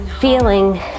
feeling